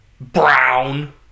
Brown